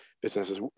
businesses